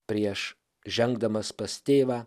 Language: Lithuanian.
prieš žengdamas pas tėvą